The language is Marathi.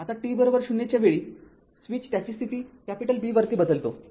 आता t 0 च्या वेळी स्विच त्याची स्थिती B वरती बदलतो